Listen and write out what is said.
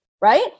right